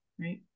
right